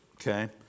Okay